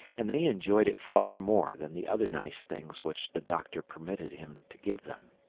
and they enjoyed it far more than the other nice things which the doctor permitted him to give them.